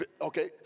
Okay